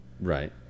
Right